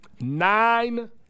Nine